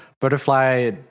Butterfly